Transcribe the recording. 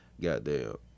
Goddamn